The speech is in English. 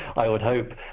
i would hope.